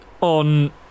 on